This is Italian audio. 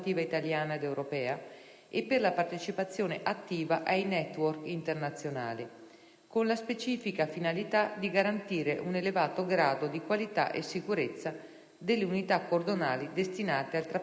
e per la partecipazione attiva ai *network* internazionali, con la specifica finalità di garantire un elevato grado di qualità e sicurezza delle unità cordonali destinate al trapianto emopoietico.